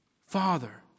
Father